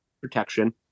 protection